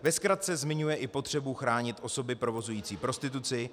Ve zkratce zmiňuje i potřebu chránit osoby provozující prostituci.